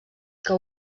que